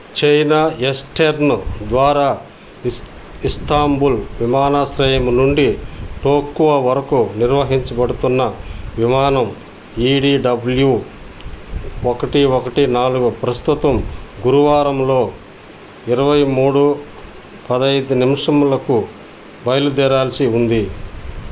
China Eastern ద్వారా ఇస్ Istanbul విమానాశ్రయం నుండి టోక్యో వరకు నిర్వహించబడుతున్న విమానం ఈడిడబ్ల్యూ ఒకటి ఒకటి నాలుగు ప్రస్తుతం గురువారం ఇరవై మూడు పదిహేదు నిముషములకు బయలుదేరాల్సి ఉంది